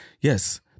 Yes